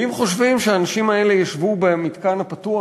ואם חושבים שהאנשים האלה ישבו במתקן הפתוח